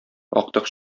актык